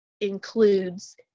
includes